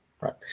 Right